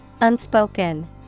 unspoken